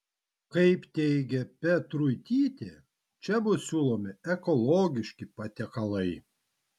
kaip teigė petruitytė čia bus siūlomi ekologiški patiekalai